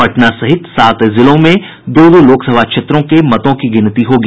पटना सहित सात जिलों में दो दो लोकसभा क्षेत्रों के मतों की गिनती होगी